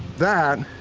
that,